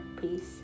Peace